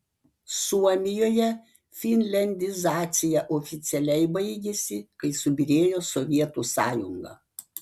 suomijoje finliandizacija oficialiai baigėsi kai subyrėjo sovietų sąjunga